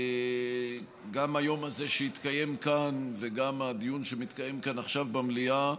גם היום הזה שהתקיים כאן וגם הדיון שמתקיים כאן עכשיו במליאה,